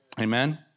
Amen